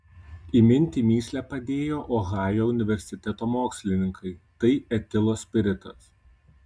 įminti mįslę padėjo ohajo universiteto mokslininkai tai etilo spiritas